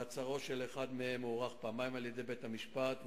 מעצרו של אחד מהם הוארך פעמיים על-ידי בית-המשפט,